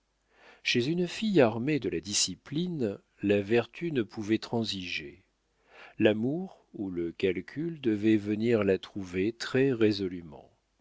chez une fille armée de la discipline la vertu ne pouvait transiger l'amour ou le calcul devaient venir la trouver